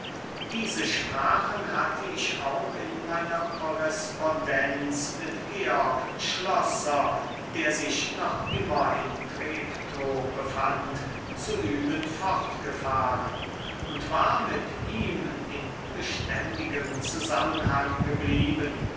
diese sprachen hatte ich auch in meiner korrespondenz mit georg schlosser der sich noch immer in treptow befand zu üben fortgefahren und war mit ihm in beständigem zusammenhang geblieben